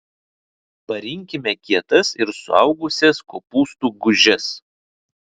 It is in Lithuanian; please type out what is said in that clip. parinkime kietas ir suaugusias kopūstų gūžes